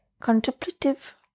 Contemplative